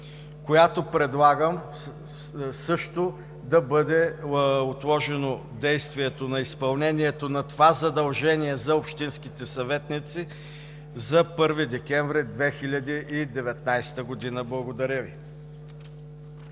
която предлагам също да бъде отложено действието на изпълнението на това задължение за общинските съветници за 1 декември 2019 г. Благодаря Ви.